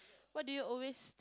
what do you always